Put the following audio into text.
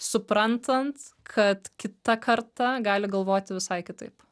suprantant kad kita karta gali galvoti visai kitaip